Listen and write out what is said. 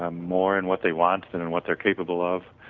um more in what they wants and and what they are capable of,